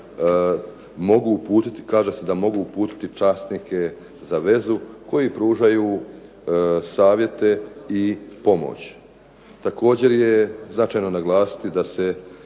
mogu uputiti časnike za vezu koji pružaju savjete i pomoć. Također je značajno naglasiti da se